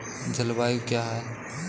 जलवायु क्या है?